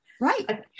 Right